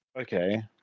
Okay